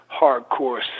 hardcore